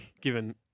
given